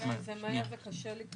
כן, זה מהר וקשה לקלוט.